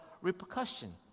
repercussion